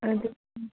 ꯑꯗꯨ